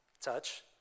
touch